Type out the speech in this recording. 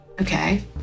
okay